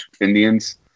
Indians